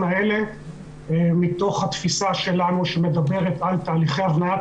האלה מתוך התפיסה שלנו שמדברת על תהליכי הבניית